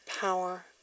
power